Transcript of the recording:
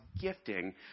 gifting